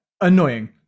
annoying